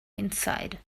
inside